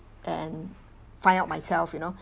and find out myself you know